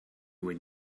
when